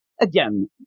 again